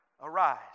arise